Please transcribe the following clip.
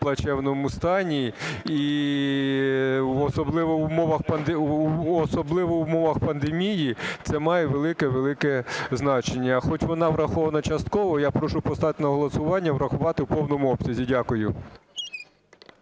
у плачевному стані і особливо в умовах пандемії це має велике-велике значення. Хоч вона врахована частково, я прошу поставити на голосування і врахувати в повному обсязі. Дякую.